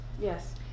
yes